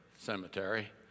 cemetery